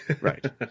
Right